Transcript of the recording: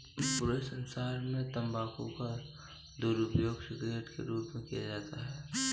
पूरे संसार में तम्बाकू का दुरूपयोग सिगरेट के रूप में किया जाता है